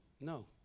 no